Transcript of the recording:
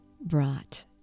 brought